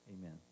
Amen